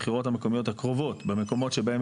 בבחירות המקומיות הקרובות במקומות שבהם